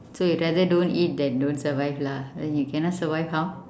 so you tell that don't eat then don't survive lah then you cannot survive how